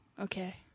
Okay